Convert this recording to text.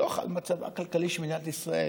דוח על מצבה הכלכלי של מדינת ישראל.